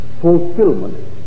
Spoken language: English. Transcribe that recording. fulfillment